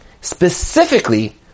Specifically